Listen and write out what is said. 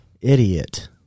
Idiot